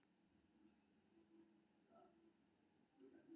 आम एकटा रसदार फल छियै, जेकरा फलक राजा कहल जाइ छै